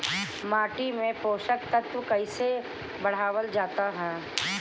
माटी में पोषक तत्व कईसे बढ़ावल जाला ह?